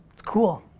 it's cool.